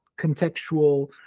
contextual